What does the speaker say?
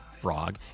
frog